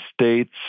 States